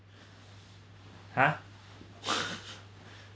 ha